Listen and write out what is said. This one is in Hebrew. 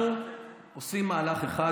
אנחנו עושים מהלך אחד.